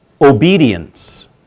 obedience